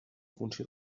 funció